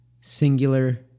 singular